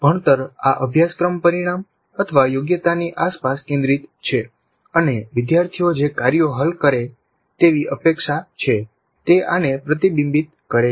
ભણતર આ અભ્યાશક્રમ પરિણામયોગ્યતાની આસપાસ કેન્દ્રિત છે અને વિદ્યાર્થીઓ જે કાર્યો હલ કરે તેવી અપેક્ષા છે તે આને પ્રતિબિંબિત કરે છે